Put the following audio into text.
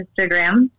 Instagram